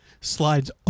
Slides